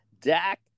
Dak